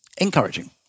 Encouraging